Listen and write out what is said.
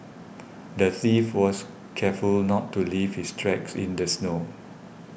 the thief was careful not to leave his tracks in the snow